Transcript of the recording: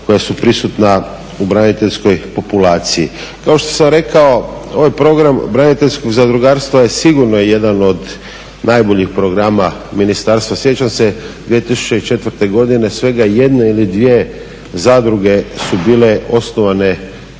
koja su prisutna u braniteljskoj populaciji. Kao što sam rekao ovaj program braniteljskog zadrugarstva je sigurno jedan od najboljih programa ministarstva. Sjećam se 2004.godine svega jedna ili dvije zadruge su bile osnovane